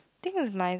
think is my